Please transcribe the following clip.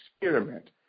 experiment